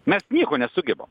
mes nieko nesugebam